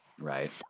Right